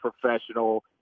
professional